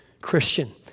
Christian